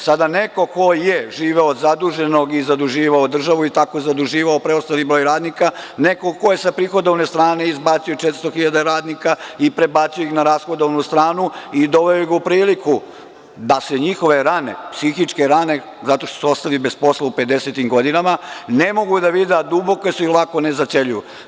Sada neko ko je živeo od zaduženog i zaduživao državu i tako zaduživao preostali broj radnika, neko ko je sa prihodovne strane izbacio 400.000 radnika i prebacio ih na rashodovnu stranu i doveo ih u priliku da se njihove rane, psihičke rane zato što su ostali bez posla u pedesetim godinama ne mogu da se vide, a duboke su i lako ne zaceljuju.